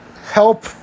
help